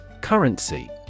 Currency